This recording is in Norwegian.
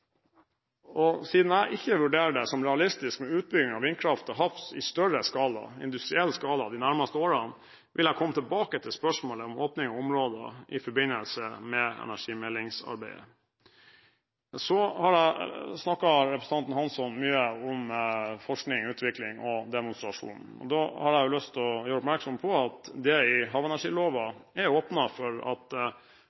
Siden jeg ikke vurderer det som realistisk med utbygging av vindkraft til havs i større, industriell skala de nærmeste årene, vil jeg komme tilbake til spørsmålet om åpning av områder i forbindelse med energimeldingsarbeidet. Så snakket representanten Hansson mye om forskning, utvikling og demonstrasjon. Da har jeg lyst til å gjøre oppmerksom på at det i havenergiloven